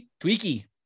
tweaky